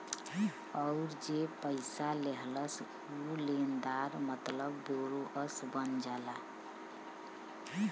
अउर जे पइसा लेहलस ऊ लेनदार मतलब बोरोअर बन जाला